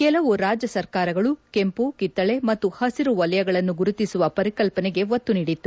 ಕೆಲವು ರಾಜ್ಜ ಸರ್ಕಾರಗಳು ಕೆಂಪು ಕಿತ್ತಳೆ ಮತ್ತು ಪಸಿರು ವಲಯಗಳನ್ನು ಗುರುತಿಸುವ ಪರಿಕಲ್ಪನೆಗೆ ಒತ್ತು ನೀಡಿವೆ